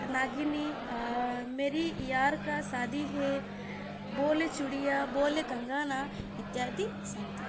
नागिनि मेरि यार्का शादि हे बोले चुडिया बोले कङ्गाना इत्यादि सन्ति